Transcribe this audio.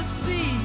see